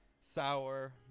sour